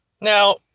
Now